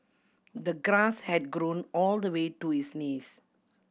the grass had grown all the way to his knees